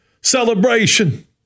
celebration